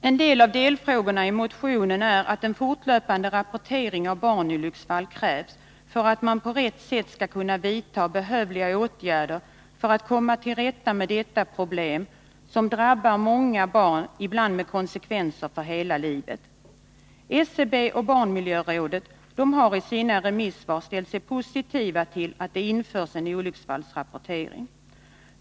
En av delfrågorna i motionen gäller att en fortlöpande rapportering av barnolycksfall krävs, för att man på rätt sätt skall kunna vidta behövliga åtgärder i syfte att komma till rätta med detta problem, som drabbar många barn, ibland med konsekvenser för hela livet. SCB och barnmiljörådet har i sina remissvar ställt sig positiva till att det införs en olycksfallsrapportering.